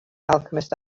alchemist